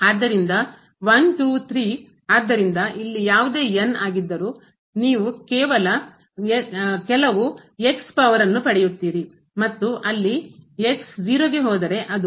ಆದ್ದರಿಂದ ಆದ್ದರಿಂದ ಇಲ್ಲಿ ಯಾವುದೇ ಆಗಿದ್ದರು ನೀವು ಕೆಲವು power ನ್ನು ಘಾತವನ್ನು ಪಡೆಯುತ್ತೀರಿ ಮತ್ತು ಅಲ್ಲಿ ಗೆ ಹೋದರೆ ಅದು